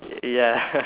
eh ya